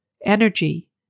Energy